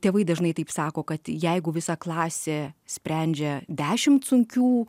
tėvai dažnai taip sako kad jeigu visa klasė sprendžia dešimt sunkių